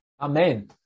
amen